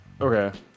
Okay